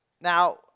Now